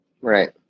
Right